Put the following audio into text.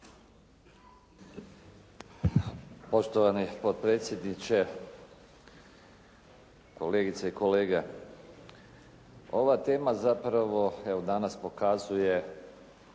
Poštovani potpredsjedniče, kolegice i kolege. Ova tema zapravo evo danas pokazuje